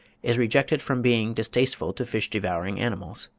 is rejected from being distasteful to fish-devouring animals.